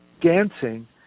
dancing